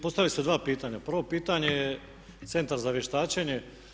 Postavili ste dva pitanja, prvo pitanje je centar za vještačenje.